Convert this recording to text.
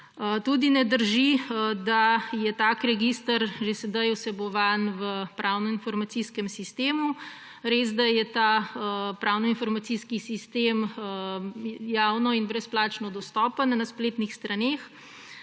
Tudi ne drži, da je tak register že sedaj vsebovan v pravno-informacijskem sistemu. Res da je ta pravno-informacijski sistem javno in brezplačno dostopen na spletnih straneh,